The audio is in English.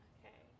Okay